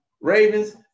Ravens